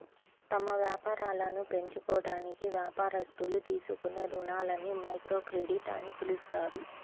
తమ వ్యాపారాలను పెంచుకోవడానికి వ్యాపారస్తులు తీసుకునే రుణాలని మైక్రోక్రెడిట్ అని పిలుస్తారు